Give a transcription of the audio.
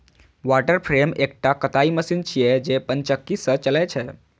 water frame एकटा कताइ machine छियै, जे पनचक्की सं चलै छै